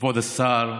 כבוד השר,